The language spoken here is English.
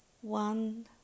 One